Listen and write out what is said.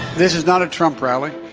this is not a trump rally